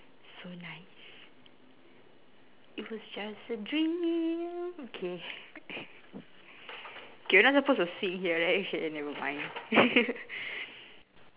so nice it was just a dream okay K we're not supposed to sing here right K nevermind